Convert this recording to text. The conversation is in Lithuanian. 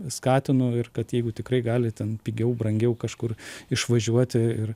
skatinu ir kad jeigu tikrai gali ten pigiau brangiau kažkur išvažiuoti ir